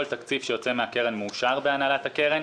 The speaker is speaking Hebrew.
כל תקציב שיוצא מהקרן מאושר בהנהלת הקרן.